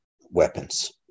weapons